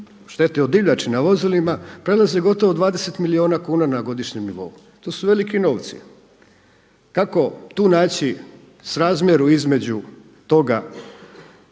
šteti od divljači na vozilima prelazi gotovo 20 milijuna kuna na godišnjem nivou. To su veliki novci. Kako tu naći srazmjer između toga,